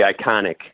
iconic